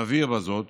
נבהיר בזאת